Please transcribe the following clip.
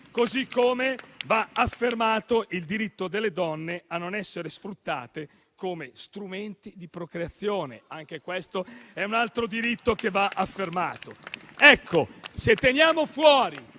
modo, va affermato il diritto delle donne a non essere sfruttate come strumenti di procreazione: anche questo è un altro diritto che va affermato. Se teniamo fuori